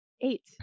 eight